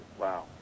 Wow